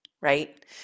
right